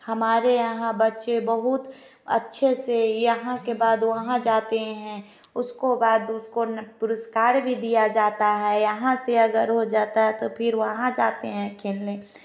हमारे यहाँ बच्चे बहुत अच्छे से यहाँ के बाद वहाँ जाते है उसके बाद उसको पुरस्कार भी दिया जाता है यहाँ से अगर वो जाता है तो फिर वहाँ जाते है खेलने